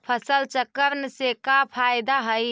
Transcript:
फसल चक्रण से का फ़ायदा हई?